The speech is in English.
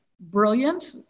brilliant